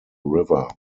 river